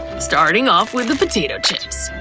starting off with the potato chips.